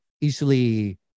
easily